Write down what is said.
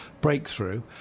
breakthrough